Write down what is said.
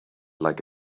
like